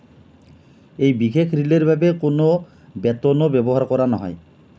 এই বিশেষ ৰিলেৰ বাবে কোনো বেটনো ব্যৱহাৰ কৰা নহয়